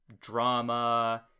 drama